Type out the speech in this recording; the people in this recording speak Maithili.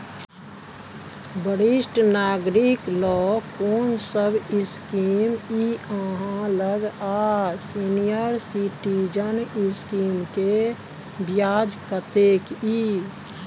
वरिष्ठ नागरिक ल कोन सब स्कीम इ आहाँ लग आ सीनियर सिटीजन स्कीम के ब्याज कत्ते इ?